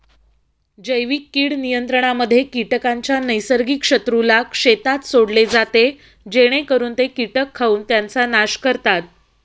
जैविक कीड नियंत्रणामध्ये कीटकांच्या नैसर्गिक शत्रूला शेतात सोडले जाते जेणेकरून ते कीटक खाऊन त्यांचा नाश करतात